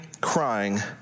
crying